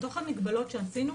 בתוך המגבלות שעשינו,